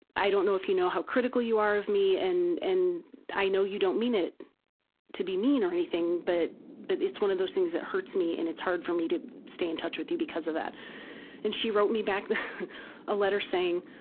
i don't know if you know how critical you are of me and and i know you don't mean it to be mean but but its one of those things that hurts me and it's hard for me to stay in touch with you because of that and she wrote me back a letter saying